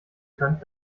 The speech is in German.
könnt